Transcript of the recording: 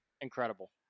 incredible